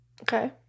Okay